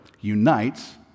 unites